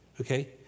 Okay